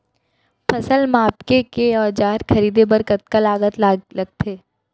फसल मापके के औज़ार खरीदे बर कतका लागत लगथे?